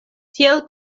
tiel